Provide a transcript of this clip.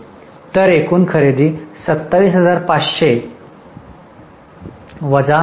तर एकूण खरेदी 27500 वजा 22 होते